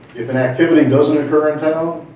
if an activity doesn't occur in town,